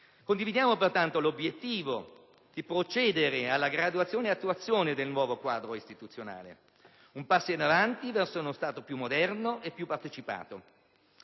Condividiamo quindi l'obiettivo di procedere alla graduazione e all'attuazione del nuovo quadro istituzionale: un passo in avanti verso uno Stato più moderno e più partecipato.